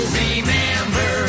remember